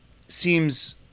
seems